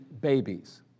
Babies